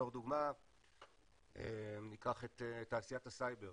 בתור דוגמה ניקח את תעשיית הסייבר.